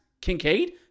Kincaid